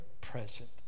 present